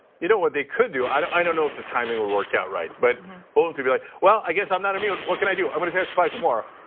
you know what they could do, i don't know know if the timing will work out right. but bolton could be like, well, i guess i'm not immune. what can i do? i'm gonna testify tomorrow.